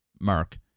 mark